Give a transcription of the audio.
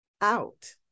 out